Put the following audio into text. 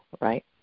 right